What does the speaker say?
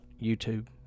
YouTube